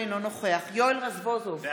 אינו נוכח יואל רזבוזוב,